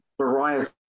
variety